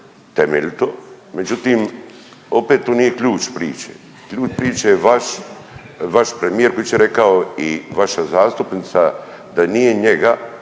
Hvala,